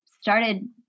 started